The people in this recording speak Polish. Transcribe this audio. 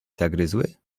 zagryzły